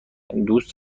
دوست